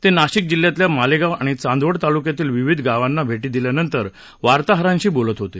ते नाशिक जिल्ह्यातल्या मालेगाव आणि चांदवड तालुक्यात विविध गावांना भेटी दिल्यानंतर वार्ताहरांशी बोलत होते